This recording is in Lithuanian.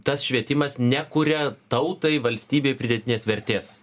tas švietimas nekuria tautai valstybei pridėtinės vertės